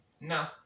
No